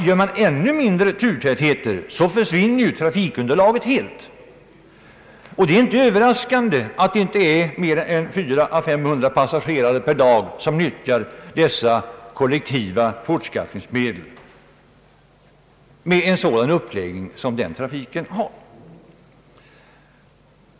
Gör man turtätheten ännu mindre försvinner trafikunderlaget helt. Det är inte överraskande att inte mer än 400—500 passagerare per dag nyttjar dessa kollektiva fortskaffningsmedel med nuvarande uppläggning av trafiken.